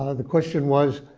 ah the question was,